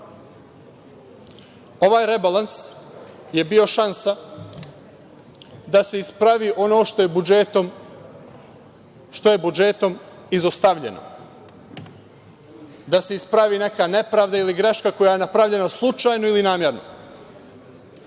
rebalans je bio šansa da se ispravi ono što je budžetom izostavljeno, da se ispravi neka nepravda ili greška koja je napravljena slučajno ili namerno.